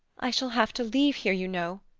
i shall have to leave here, you know,